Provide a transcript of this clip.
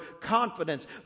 confidence